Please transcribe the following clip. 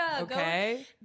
Okay